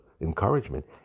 encouragement